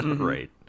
Right